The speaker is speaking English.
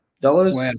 dollars